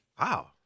Wow